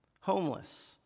homeless